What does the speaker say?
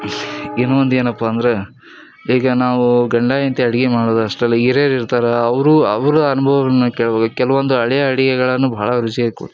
ಇನ್ನೊಂದು ಏನಪ್ಪ ಅಂದರೆ ಈಗ ನಾವು ಗಂಡ ಹೆಂಡ್ತಿ ಅಡುಗೆ ಮಾಡೋದು ಅಷ್ಟರಲ್ಲೆ ಹಿರಿಯರ್ ಇರ್ತಾರೆ ಅವರೂ ಅವರ ಅನುಭವಗಳ್ನ ಕೇಳ್ಬೇಕ್ ಕೆಲವೊಂದು ಹಳೇ ಅಡುಗೆಗಳನ್ನು ಭಾಳ ರುಚಿಯಾಗಿ ಕೊಡಿ